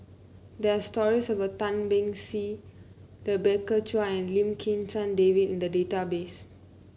there stories about Tan Beng Swee Rebecca Chua and Lim Kim San David in the database